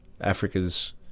africa's